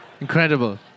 Incredible